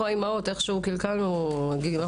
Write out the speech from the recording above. אנחנו האימהות איך שהוא קלקלנו כי אנחנו